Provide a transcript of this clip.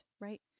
Right